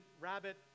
rabbit